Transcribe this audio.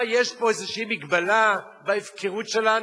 מה, יש פה איזו מגבלה בהפקרות שלנו?